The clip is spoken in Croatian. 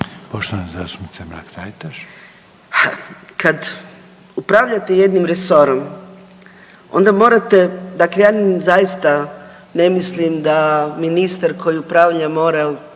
Anka (GLAS)** Kad upravljate jednim resorom onda morate, dakle ja zaista ne mislim da ministar koji upravlja mora